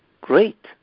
great